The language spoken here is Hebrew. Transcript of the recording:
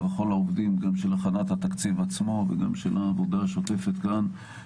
ולכל העובדים של הכנת התקציב עצמו וגם של העבודה השוטפת כאן,